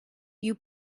you